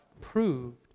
proved